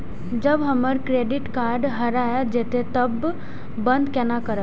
जब हमर credit card हरा जयते तब बंद केना करब?